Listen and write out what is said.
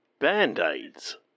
Band-Aids